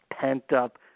pent-up